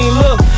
look